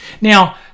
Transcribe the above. Now